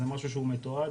זה משהו שהוא מתועד,